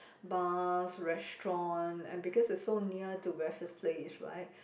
bars restaurant and because it's so near to Raffles-Place right